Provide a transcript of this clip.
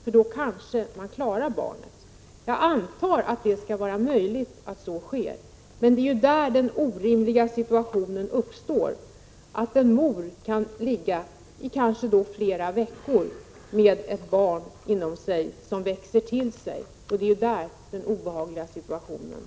Därigenom klarar man kanske barnet. Jag antar att det skall vara möjligt. Men då kan vi ju också få den obehagliga och orimliga situationen att en mor får ligga på detta sätt i kanske flera veckor med ett barn som växer inom sig.